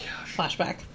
flashback